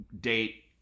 date